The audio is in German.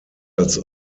als